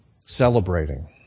celebrating